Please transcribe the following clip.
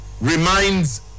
reminds